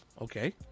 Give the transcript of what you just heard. Okay